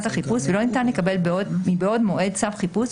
החיפוש ולא ניתן לקבל מבעוד מועד צו חיפוש,